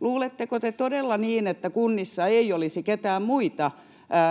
Luuletteko te todella, että kunnissa ei olisi ketään muita